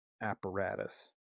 apparatus